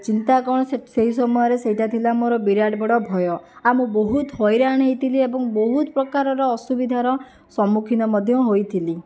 ଚିନ୍ତା କଣ ସେହି ସମୟରେ ସେଇଟା ଥିଲା ମୋର ବିରାଟ ବଡ଼ ଭୟ ଆଉ ମୁଁ ବହୁତ ହଇରାଣ ହେଇଥିଲି ଏବଂ ବହୁତ ପ୍ରକାରର ଅସୁବିଧାର ସମ୍ମୁଖୀନ ମଧ୍ୟ ହୋଇଥିଲି